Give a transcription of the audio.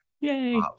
yay